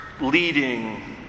leading